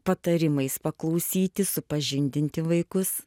patarimais paklausyti supažindinti vaikus